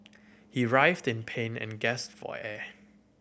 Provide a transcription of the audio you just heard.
he writhed in pain and gasped for air